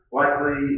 likely